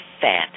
fat